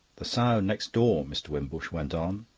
the sow next door, mr. wimbush went on,